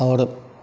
और